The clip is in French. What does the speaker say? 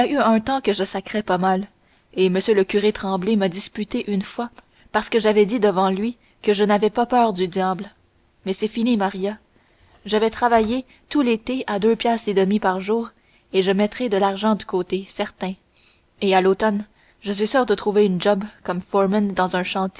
un temps que je sacrais pas mal et m le curé tremblay m'a disputé une fois parce que j'avais dit devant lui que je n'avais pas peur du diable mais c'est fini maria je vais travailler tout l'été à deux piastres et demie par jour et je mettrai de l'argent de côté certain et à l'automne je suis sûr de trouver une job comme foreman dans un